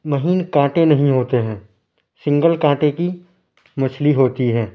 مہین کانٹے نہیں ہوتے ہیں سنگل کانٹے کی مچھلی ہوتی ہیں